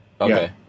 Okay